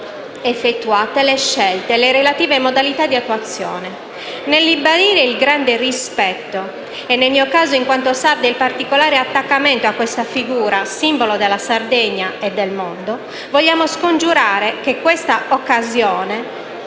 effettuate le scelte e le relative modalità di attuazione. Nel ribadire il grande rispetto e, nel mio caso, in quanto sarda, il particolare attaccamento a questa figura, simbolo della Sardegna e del mondo, vogliamo scongiurare che questa occasione